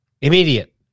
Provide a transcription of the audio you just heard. immediate